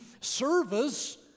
service